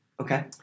Okay